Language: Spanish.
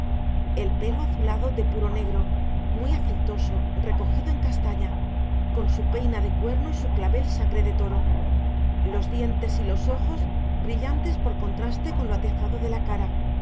el pelo azulado de puro negro muy aceitoso recogido en castaña con su peina de cuerno y su clavel sangre de toro los dientes y los ojos brillantes por contraste con lo atezado de la cara